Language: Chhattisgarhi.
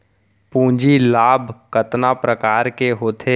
पूंजी लाभ कतना प्रकार के होथे?